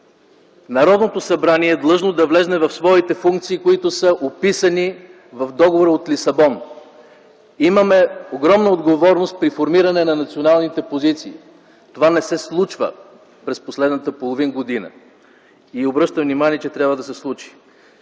Народното събрание е длъжно да влезе в своите функции, които са описани в договора от Лисабон. Имаме огромна отговорност при формиране на националните позиции. Това не се случва през последната половин година и обръщам внимание, че трябва да се случи.